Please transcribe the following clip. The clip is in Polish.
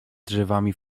drzewami